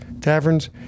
taverns